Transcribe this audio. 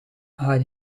haar